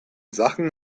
sachen